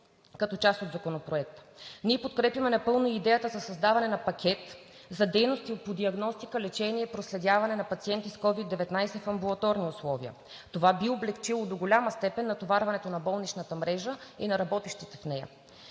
като част от Законопроекта. Подкрепяме напълно и идеята за създаване на пакет за дейности по диагностика, лечение и проследяване на пациенти с COVID-19 в амбулаторни условия. Това би облекчило до голяма степен натоварването на болничната мрежа и на работещите в нея,